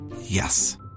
Yes